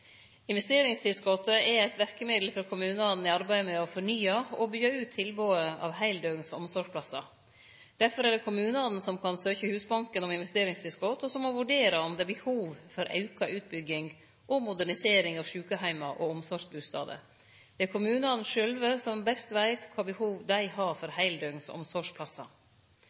er eit verkemiddel for kommunane i arbeidet med å fornye og byggje ut tilbodet av heildøgns omsorgsplassar. Derfor er det kommunane som kan søkje Husbanken om investeringstilskot, og som må vurdere om det er behov for auka utbygging og modernisering av sjukeheimar og omsorgsbustader. Det er kommunane sjølve som best veit kva behov dei har for heildøgns omsorgsplassar.